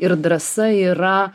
ir drąsa yra